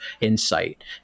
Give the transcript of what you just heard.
insight